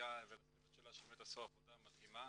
לסיגל ולצוות שלה שבאמת עשו עבודה מדהימה.